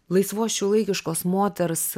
laisvos šiuolaikiškos moters